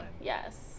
Yes